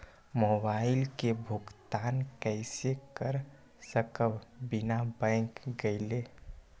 Mobile के भुगतान कईसे कर सकब बिना बैंक गईले?